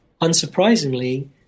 unsurprisingly